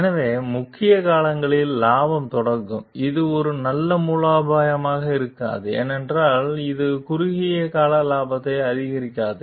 எனவே குறுகிய காலத்தில் லாபம் தொடங்கும் இது ஒரு நல்ல மூலோபாயமாக இருக்காது ஏனெனில் இது குறுகிய கால லாபத்தை அதிகரிக்காது